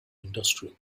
industrial